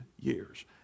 years